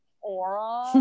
aura